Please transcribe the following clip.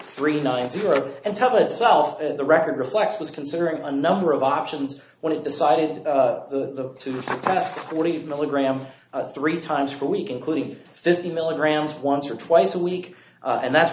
three nine zero and tell itself the record reflects was considering a number of options when it decided the two forty milligram three times per week including fifty milligrams once or twice a week and that's